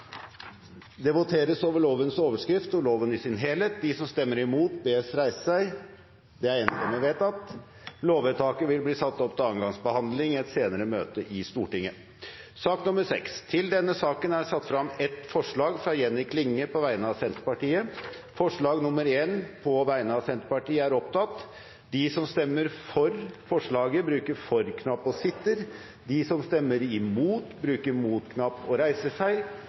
Det voteres over lovens overskrift og loven i sin helhet. Lovvedtaket vil bli satt opp til annen gangs behandling i et senere møte i Stortinget. Under debatten er det satt frem ett forslag, fra Jenny Klinge på vegne av Senterpartiet. Forslaget lyder: «Stortinget ber regjeringa leggje fram forslag om å etablere overvakingskamera ved alle køyrbare grenseovergangar i Noreg, slik at dette kan setjast i verk i 2015.» Dermed er